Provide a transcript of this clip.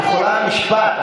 את יכולה משפט,